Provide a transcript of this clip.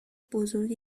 بزرگ